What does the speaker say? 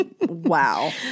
Wow